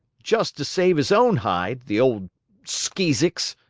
just to save his own hide, the old skee-zicks!